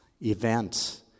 event